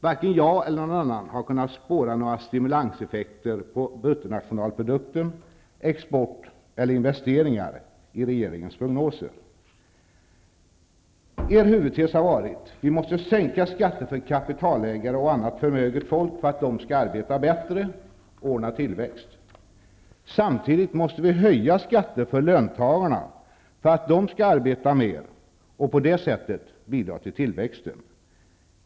Varken jag eller någon annan har kunnat spåra några stimulanseffekter på bruttonationalprodukten, export eller investeringar i regeringens prognoser. Er huvudtes har varit att sänka skatter för kapitalägare och annat förmöget folk för att de skall arbeta bättre och främja tillväxten. Samtidigt måste skatterna höjas för löntagarna för att de skall arbeta mer och på det sättet bidra till tillväxten.